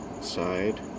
side